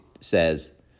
says